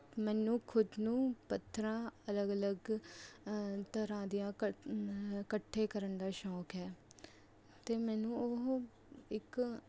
ਮੈਨੂੰ ਖੁਦ ਨੂੰ ਪੱਥਰਾਂ ਅਲੱਗ ਅਲੱਗ ਤਰ੍ਹਾਂ ਦੀਆਂ ਇਕੱਠੇ ਕਰਨ ਦਾ ਸ਼ੌਂਕ ਹੈ ਅਤੇ ਮੈਨੂੰ ਉਹ ਇੱਕ